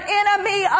enemy